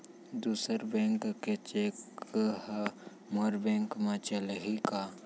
दूसर बैंक के चेक ह मोर बैंक म चलही का?